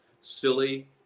silly